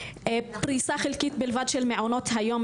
פריסה חלקית בלבד של מעונות היום.